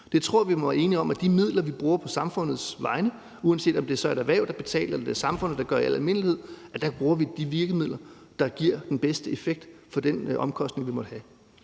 Jeg tror, vi må være enige om, at de midler, vi bruger på samfundets vegne – uanset om det så er et erhverv, der betaler, eller det er samfundet i al almindelighed, der gør det – bruger vi på de virkemidler, der giver den bedste effekt i forhold til den omkostning, det måtte have.